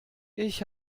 ich